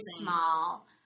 small